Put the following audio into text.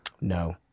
No